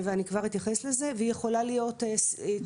שהתוכנית הלאומית למניעת אובדנות ויש את היחידה,